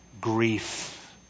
grief